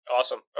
Awesome